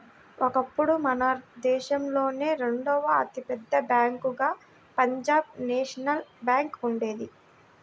ఒకప్పుడు మన దేశంలోనే రెండవ అతి పెద్ద బ్యేంకుగా పంజాబ్ నేషనల్ బ్యేంకు ఉండేది